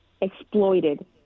exploited